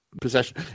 Possession